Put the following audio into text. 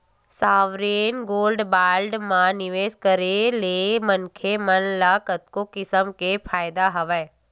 sovereign gold bond म निवेस करे ले मनखे मन ल कतको किसम के फायदा हवय